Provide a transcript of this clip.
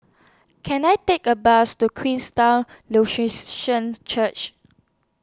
Can I Take A Bus to Queenstown Lutheran Church